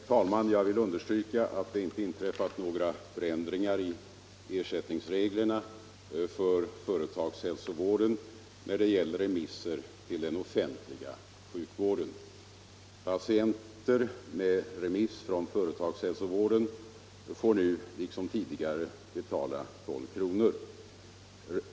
Herr talman! Jag vill understryka att det inte inträffat några förändringar i ersättningsreglerna för företagshälsovården när det gäller remisser till den offentliga sjukvården. Patienter med remiss från företagshälsovården får nu liksom tidigare betala 12 kr.